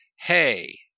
hey